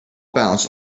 bounced